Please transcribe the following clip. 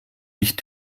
nicht